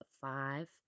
five